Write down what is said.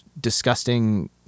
disgusting